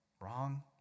Wrong